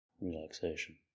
relaxation